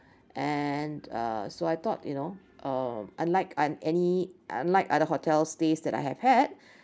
and uh so I thought you know uh unlike an any unlike other hotel stays that I have had